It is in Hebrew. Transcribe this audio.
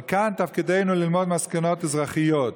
אבל כאן תפקידנו ללמוד מסקנות אזרחיות.